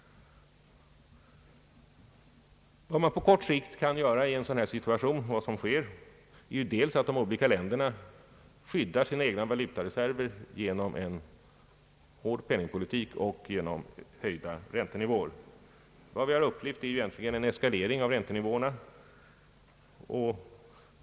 Vad man på kort sikt kan göra och vad som också sker i en sådan här situation är att de egna länderna skyddar sina valutareserver genom en hård penningpolitik och genom höjda räntenivåer. Vad vi har upplevt är en eskalering av räntenivåerna.